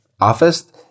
office